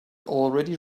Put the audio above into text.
already